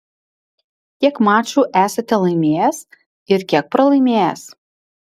kiek mačų esate laimėjęs ir kiek pralaimėjęs